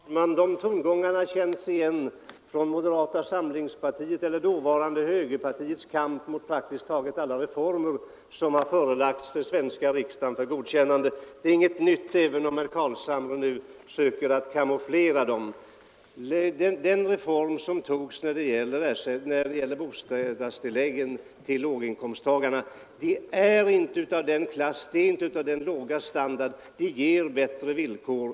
Herr talman! De här tongångarna känns igen från moderata samlingspartiet eller dåvarande högerpartiets kamp mot praktiskt taget alla reformer som förelagts den svenska riksdagen för godkännande. Det är ingenting nytt, även om herr Carlshamre nu camouflerar dessa tongångar. Reformen med bostadstillägg till låginkomsttagare har inte den dåliga standard som herr Carlshamre här försöker göra gällande, utan den ger bättre villkor.